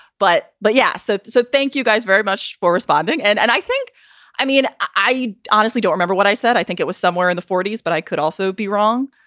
but but. yes. yeah so so thank you guys very much for responding. and and i think i mean, i honestly do remember what i said. i think it was somewhere in the forty s, but i could also be wrong.